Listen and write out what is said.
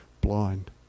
blind